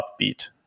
upbeat